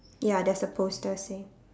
ya there's the poster say